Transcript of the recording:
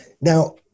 Now